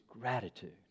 gratitude